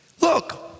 Look